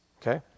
okay